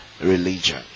religion